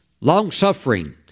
long-suffering